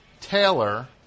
Taylor